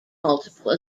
multiple